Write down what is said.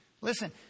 Listen